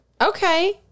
Okay